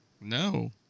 No